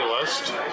list